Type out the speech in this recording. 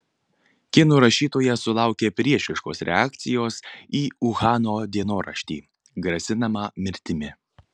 kinų rašytoja sulaukė priešiškos reakcijos į uhano dienoraštį grasinama mirtimi